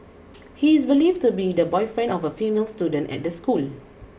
he is believed to be the boyfriend of a female student at the school